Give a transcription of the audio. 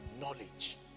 Knowledge